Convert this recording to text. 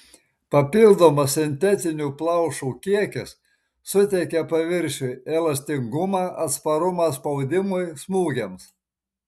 papildomas sintetinių plaušų kiekis suteikia paviršiui elastingumą atsparumą spaudimui smūgiams